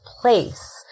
place